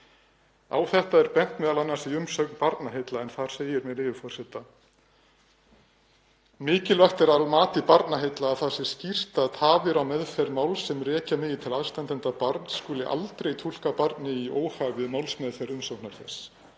Á þetta er bent m.a. í umsögn Barnaheilla en þar segir, með leyfi forseta: „Mikilvægt er að mati Barnaheilla að það sé skýrt að tafir á meðferð máls sem rekja megi til aðstandenda barns skuli aldrei túlka barni í óhag við málsmeðferð umsóknar þess,